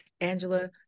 Angela